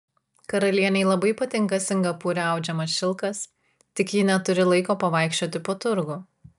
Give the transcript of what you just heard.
karalienei labai patinka singapūre audžiamas šilkas tik ji neturi laiko pavaikščioti po turgų